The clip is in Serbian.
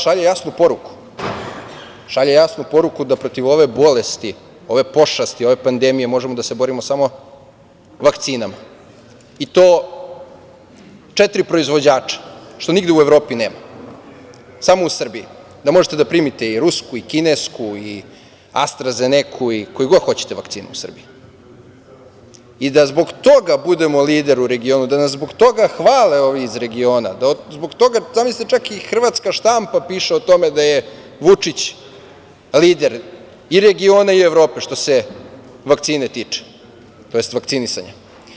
Šalje jasnu poruku da protiv ove bolesti, ove pošasti, ove pandemije možemo da se borimo samo vakcinama i to četiri proizvođača, što nigde u Evropi nema, samo u Srbiji, da možete da primite i rusku i kinesku i AstraZeneku i koju god hoćete vakcinu u Srbiji i da zbog toga budemo lider u regionu, da nas zbog toga hvale ovi iz regiona, da zbog toga, zamislite, čak i hrvatska štampa piše o tome da je Vučić lider i regiona i Evrope, što se vakcine tiče, tj. vakcinisanja.